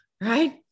right